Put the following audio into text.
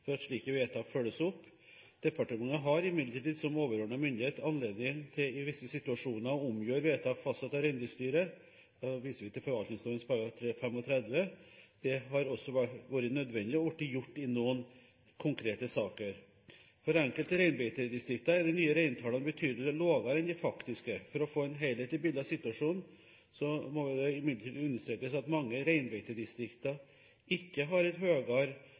for at slike vedtak følges opp. Departementet har imidlertid, som overordnet myndighet, anledning til i visse situasjoner å omgjøre vedtak fastsatt av Reindriftsstyret – jeg viser til forvaltningsloven § 35. Det har også vært nødvendig og er blitt gjort i noen konkrete saker. For enkelte reinbeitedistrikter er de nye reintallene betydelig lavere enn de faktiske. For å få et helhetlig bilde av situasjonen må det imidlertid understrekes at mange reinbeitedistrikter ikke har et